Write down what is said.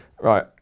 Right